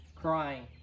crying